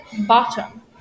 bottom